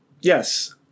yes